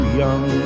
young